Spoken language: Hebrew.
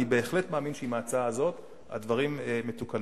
אני בהחלט מאמין שעם ההצעה הזאת הדברים מתוקנים.